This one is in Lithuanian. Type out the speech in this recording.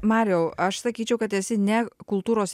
mariau aš sakyčiau kad esi ne kultūros